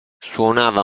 suonava